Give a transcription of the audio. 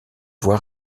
voix